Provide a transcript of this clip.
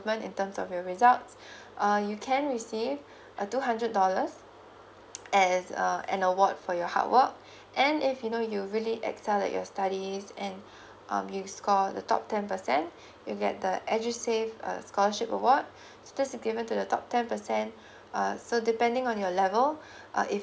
in terms of your results uh you can we say uh two hundred dollars as a an award for your hard work and if you know you really excel at your studies and um you score the top ten percent you get the edusave a scholarship award that's given to the top ten percent uh so depending on your level uh if